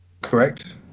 correct